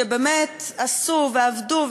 שבאמת עשו ועבדו,